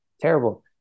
terrible